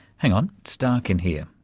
hang on, it's dark in here.